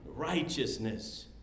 Righteousness